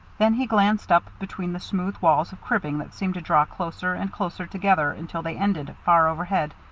then he glanced up between the smooth walls of cribbing that seemed to draw closer and closer together until they ended, far overhead,